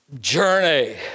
journey